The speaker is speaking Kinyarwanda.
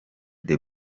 the